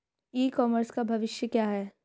ई commerce का भविष्य क्या है?